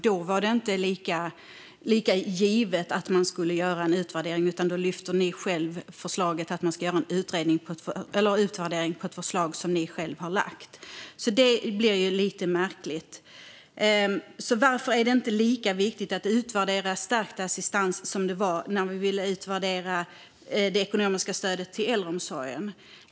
Då var det inte lika givet att man skulle göra en utvärdering, utan då lyfte ni själva fram att göra en utvärdering av ett förslag som ni själva hade lagt fram. Det blir lite märkligt. Varför är det inte lika viktigt att utvärdera stärkt assistans som att utvärdera det ekonomiska stödet till äldreomsorgen?